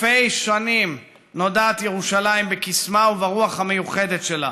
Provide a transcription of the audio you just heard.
אלפי שנים נודעת ירושלים בקסמה וברוח המיוחדת שלה.